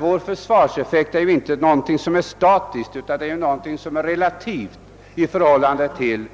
Vår försvarseffekt är ju inte statisk utan relativ i förhållande till